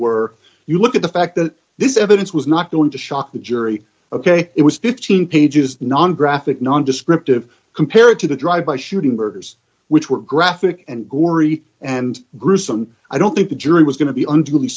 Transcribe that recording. were you look at the fact that this evidence was not going to shock the jury ok it was fifteen pages non graphic non descriptive compared to the drive by shooting murders which were graphic and gory and gruesome i don't think the jury was going to be